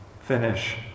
finish